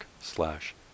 slash